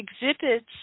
exhibits